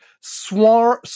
swarm